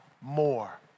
more